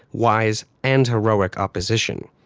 wise and heroic opposition.